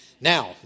Now